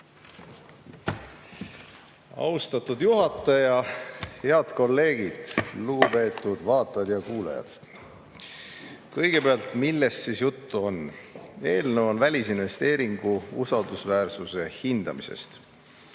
Austatud juhataja! Head kolleegid! Lugupeetud vaatajad ja kuulajad! Kõigepealt, millest siis juttu on? Eelnõu on välisinvesteeringu usaldusväärsuse hindamisest.